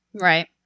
Right